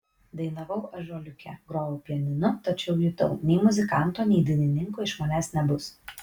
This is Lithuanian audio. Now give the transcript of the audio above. dainavau ąžuoliuke grojau pianinu tačiau jutau nei muzikanto nei dainininko iš manęs nebus